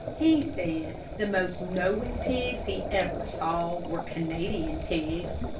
he said the most knowing pigs he ever saw were canadian pigs.